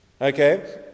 Okay